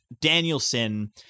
Danielson